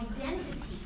identity